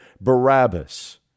Barabbas